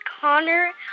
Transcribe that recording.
Connor